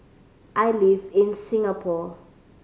I live in Singapore